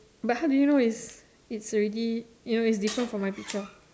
but how do you know is it's already you know is different from my picture